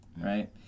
right